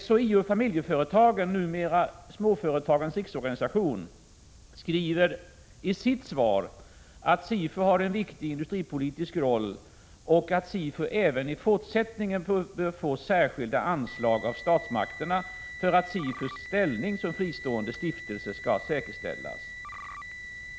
SHIO-Familjeföretagen — numera Småföretagens riksorganisation — skriver i sitt svar att SIFU har en viktig industripolitisk roll och att SIFU även i fortsättningen bör få särskilda anslag av statsmakterna för att SIFU:s ställning som fristående stiftelse skall säkerställas.